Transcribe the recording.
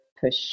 push